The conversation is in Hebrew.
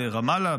ברמאללה,